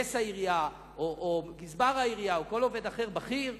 שמהנדס העירייה או גזבר העירייה או כל עובד בכיר אחר,